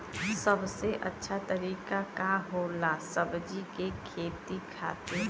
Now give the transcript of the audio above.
सबसे अच्छा तरीका का होला सब्जी के खेती खातिर?